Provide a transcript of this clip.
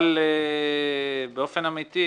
באופן אמתי,